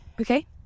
okay